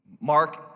Mark